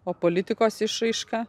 o politikos išraiška